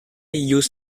used